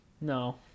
no